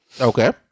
okay